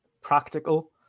practical